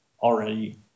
already